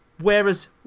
Whereas